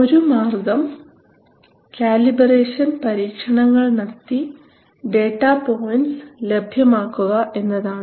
ഒരു മാർഗം കാലിബ്രേഷൻ പരീക്ഷണങ്ങൾ നടത്തി ഡേറ്റ പോയന്റ്സ് ലഭ്യമാക്കുക എന്നതാണ്